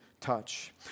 touch